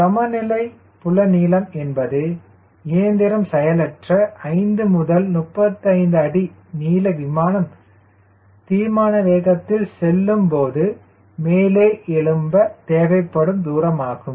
சமநிலை புல நீளம் என்பது இயந்திரம் செயலற்ற 50 முதல் 35 அடி நீள விமானம் தீர்மான வேகத்தில் செல்லும்போது மேலே எழும்ப தேவைப்படும் தூரமாகும்